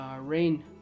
rain